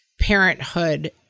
parenthood